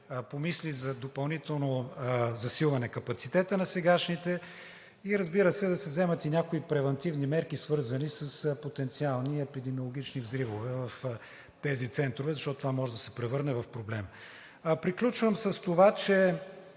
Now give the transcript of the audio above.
помисли за допълнително засилване на капацитета на сегашните и, разбира се, да се вземат и някои превантивни мерки, свързани с потенциални и епидемиологични взривове в тези центрове, защото това може да се превърне в проблем. Приключвам с това, че